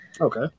Okay